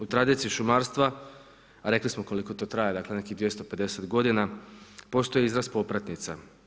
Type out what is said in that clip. U tradiciji šumarstva, rekli smo koliko to traje, dakle nekih 250 godina, postoji izraz popratnica.